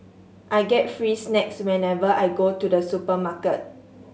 I get free snacks whenever I go to the supermarket